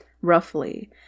roughly